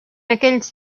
aquells